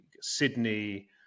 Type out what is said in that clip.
Sydney